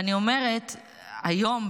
אני אומרת היום,